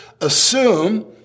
assume